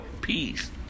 Peace